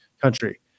country